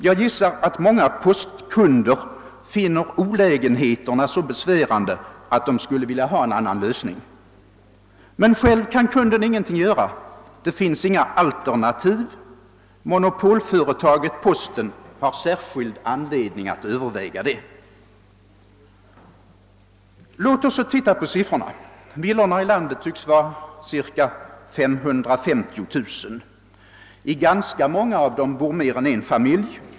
Jag gissar att många postkunder finner olägenheterna så besvärande att de skulle vilja ha en annan lösning. Men själv kan kunden ingenting göra — det finns inga alternativ. Monopolföretaget posten har särskild anledning att överväga detta. Låt oss titta på siffrorna! Antalet villor i landet tycks vara ungefär 550 000. I ganska många av dem bor mer än en familj.